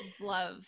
love